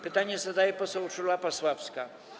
Pytanie zadaje poseł Urszula Pasławska.